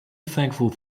thankful